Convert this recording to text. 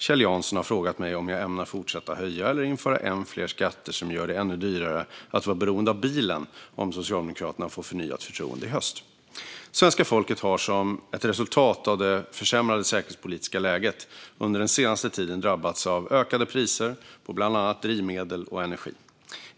Kjell Jansson har frågat mig om jag ämnar fortsätta höja eller införa än fler skatter som gör det ännu dyrare att vara beroende av bilen om Socialdemokraterna får förnyat förtroende i höst. Svenska folket har som ett resultat av det försämrade säkerhetspolitiska läget under den senaste tiden drabbats av ökade priser på bland annat drivmedel och energi.